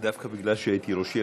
דווקא בגלל שהייתי ראש עיר,